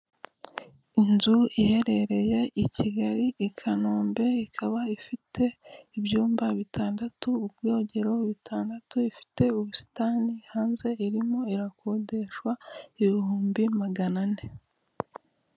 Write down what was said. Inzu iherereye i Kigali i Kanombe ikaba ifite ibyumba bitandatu, ubwogero bitandatu, ifite ubusitani hanze irimo irakodeshwa ibihumbi magana ane.